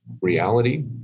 reality